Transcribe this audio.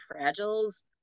fragiles